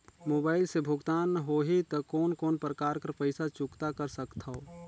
Mobile से भुगतान होहि त कोन कोन प्रकार कर पईसा चुकता कर सकथव?